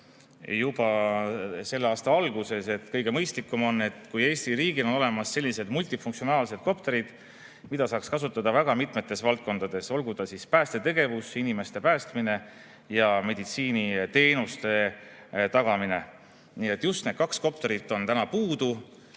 juba selle aasta alguses, et kõige mõistlikum oleks, kui Eesti riigil oleks olemas sellised multifunktsionaalsed kopterid, mida saaks kasutada väga mitmetes valdkondades, olgu päästetegevuses, inimeste päästmises, või meditsiiniteenuste tagamises. Nii et just need kaks kopterit on praegu puudu.